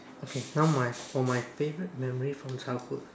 okay now my for my favourite memory from childhood